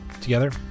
together